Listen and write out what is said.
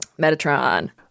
Metatron